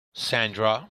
sandra